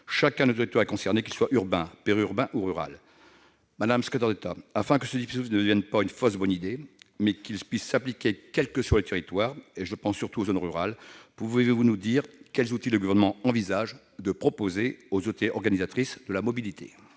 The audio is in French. Chacun de nos territoires est concerné, qu'il soit urbain, périurbain ou rural. Madame la secrétaire d'État, afin que ce dispositif ne devienne pas une fausse bonne idée et qu'il puisse s'appliquer quel que soit le territoire- je pense surtout aux zones rurales -, pourriez-vous nous détailler les outils que le Gouvernement envisage de proposer aux autorités organisatrices de la mobilité ?